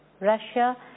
Russia